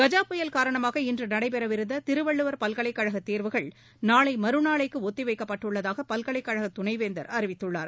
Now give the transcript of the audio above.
கஜா புயல் காரணமாக இன்று நடைபெறவிருந்த திருவள்ளுவர் பல்கலைக் கழக தேர்வுகள் நாளை மறுநாளைக்கு ஒத்தி வைக்கப்பட்டுள்ளதாக பல்கலைக் கழக துணைவேந்தர் அறிவித்துள்ளார்